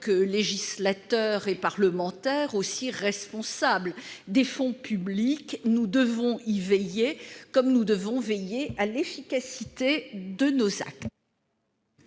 en tant que parlementaires responsables des fonds publics. Nous devons y veiller, comme nous devons veiller à l'efficacité de nos actes.